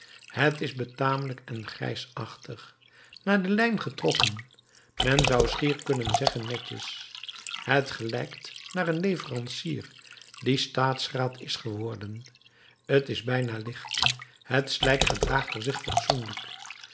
het is betamelijk en grijsachtig naar de lijn getrokken men zou schier kunnen zeggen netjes het gelijkt naar een leverancier die staatsraad is geworden t is er bijna licht het slijk gedraagt er zich fatsoenlijk